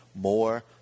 more